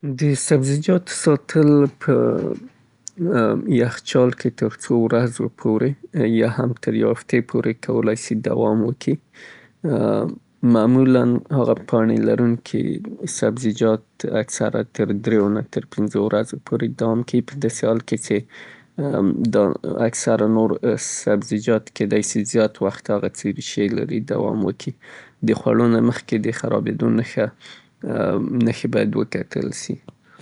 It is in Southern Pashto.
سبزیجاتو ساتل یا ذخیره کول فرق لري. شنه سبزیجات معمولاً د دریو نه تر اووه ورځو پورې دوام کيی پداسې حال کې هغه سبزیجات چه ریشې لري لکه ګاذرې، ، کیدای سي هغه څه وختې دوام راوړي او مخکې له دینه چه هغه د خرابیدو نښې پکې رامالومې سي.